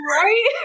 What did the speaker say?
right